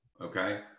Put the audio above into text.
okay